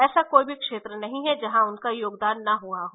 ऐसा कोई भी क्षेत्र नहीं हैं जहां उनका योगदान न हुआ हो